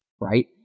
Right